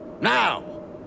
Now